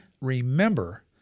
remember